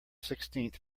sixteenth